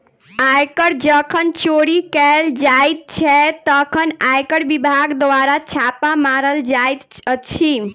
आयकर जखन चोरी कयल जाइत छै, तखन आयकर विभाग द्वारा छापा मारल जाइत अछि